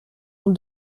ont